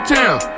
town